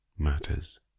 matters